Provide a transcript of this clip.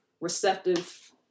receptive